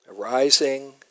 arising